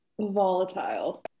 Volatile